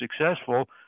successful